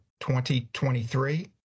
2023